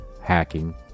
hacking